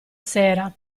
sera